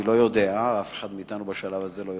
אני לא יודע ואף אחד מאתנו לא יודע בשלב הזה,